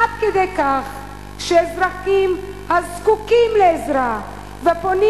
עד כדי כך שאזרחים הזקוקים לעזרה ופונים